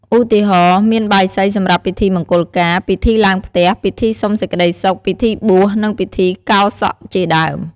ឧទាហរណ៍ មានបាយសីសម្រាប់ពិធីមង្គលការ ពិធីឡើងផ្ទះ ពិធីសុំសេចក្តីសុខ ពិធីបួស និងពិធីកោរសក់ជាដើម។